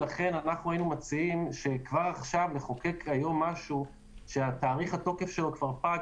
היינו מציעים שכבר עכשיו לחוקק היום משהו שתאריך התוקף שלו פג,